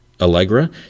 Allegra